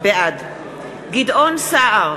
בעד גדעון סער,